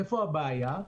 איפה הבעיה?